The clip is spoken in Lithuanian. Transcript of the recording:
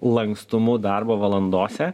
lankstumu darbo valandose